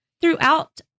throughout